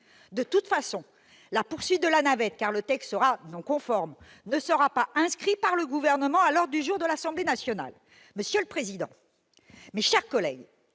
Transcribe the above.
De toute façon, la poursuite de la navette n'aura pas lieu, car le texte, qui sera non conforme, ne sera pas inscrit par le Gouvernement à l'ordre du jour de l'Assemblée nationale. Monsieur le président, mes chers collègues,